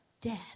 death